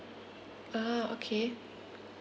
ah okay